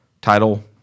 title